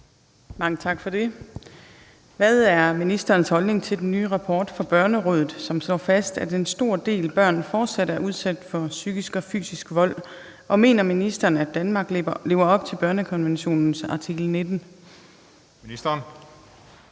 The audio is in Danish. Mange tak for det. Hvad er ministerens holdning til den nye rapport fra Børnerådet, der slår fast, at en stor del børn fortsat er udsat for psykisk og fysisk vold, og mener ministeren, at Danmark lever op til børnekonventionens artikel 19? Kl.